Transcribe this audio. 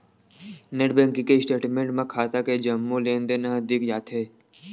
net banking के statement म खाता के जम्मो लेनदेन ह दिख जाथे